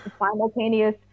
simultaneous